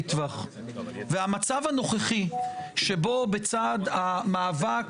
אזרחי המדינה באמצעות המאבק